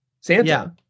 Santa